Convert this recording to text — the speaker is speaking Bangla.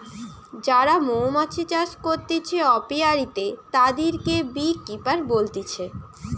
যারা মৌমাছি চাষ করতিছে অপিয়ারীতে, তাদিরকে বী কিপার বলতিছে